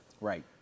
Right